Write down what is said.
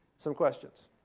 some questions.